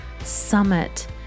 summit